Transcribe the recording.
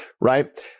Right